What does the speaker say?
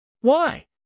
Why